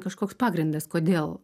kažkoks pagrindas kodėl